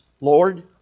Lord